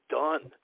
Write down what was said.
done